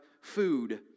food